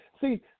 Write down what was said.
see